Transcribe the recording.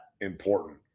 important